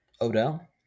Odell